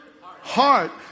Heart